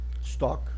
stock